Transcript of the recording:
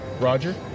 Roger